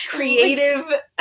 Creative